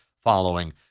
following